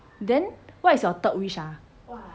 then what is your third wish ah